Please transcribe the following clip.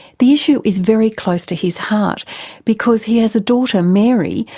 the issue is very close to his heart because he has a daughter, mary,